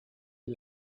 est